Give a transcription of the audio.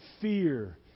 fear